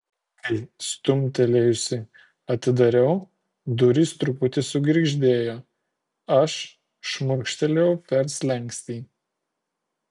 kai stumtelėjusi atidariau durys truputį sugirgždėjo aš šmurkštelėjau per slenkstį